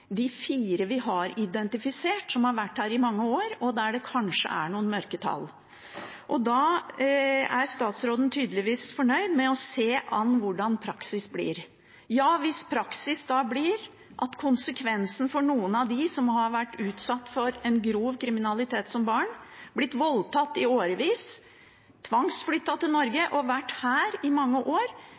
de fire vi har identifisert, som har vært her i mange år, og der det kanskje er noen mørketall. Da er statsråden tydeligvis fornøyd med å se an hvordan praksis blir. Hvis praksis blir at konsekvensen for noen av dem som har vært utsatt for grov kriminalitet som barn, har blitt voldtatt i årevis, blitt tvangsflyttet til Norge og har vært her i mange år,